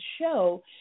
show